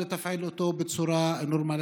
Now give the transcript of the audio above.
לתפעל אותו בצורה נורמלית.